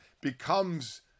becomes